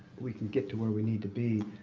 we can get to where we need to be.